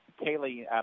Kaylee